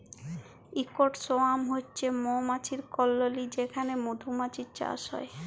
ইকট সোয়ার্ম হছে মমাছির কললি যেখালে মধুমাছির চাষ হ্যয়